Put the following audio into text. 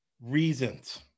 reasons